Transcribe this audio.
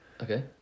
Okay